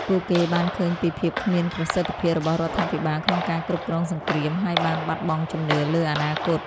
ពួកគេបានឃើញពីភាពគ្មានប្រសិទ្ធភាពរបស់រដ្ឋាភិបាលក្នុងការគ្រប់គ្រងសង្គ្រាម ហើយបានបាត់បង់ជំនឿលើអនាគត។